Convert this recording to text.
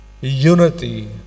unity